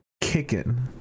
kicking